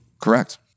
Correct